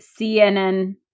CNN